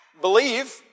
Believe